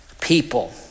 people